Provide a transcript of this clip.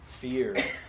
fear